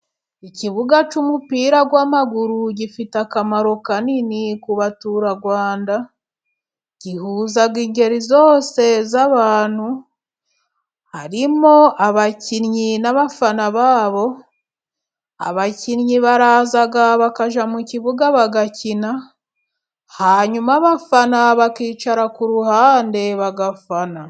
Ikibuga cy'umupira w'amaguru gifite akamaro kanini ku baturarwanda. Gihuza ingeri zose z'abantu harimo abakinnyi n'abafana babo, abakinnyi baraza bakajya mu kibuga bagakina, hanyuma abafana bakicara ku ruhande bagafana.